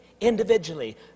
individually